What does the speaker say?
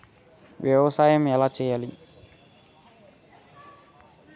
వ్యవసాయం ఎలా చేయాలి?